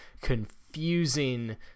confusing